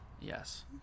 Yes